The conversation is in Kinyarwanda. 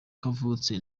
kavutse